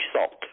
salt